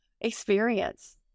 experience